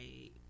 Right